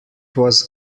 was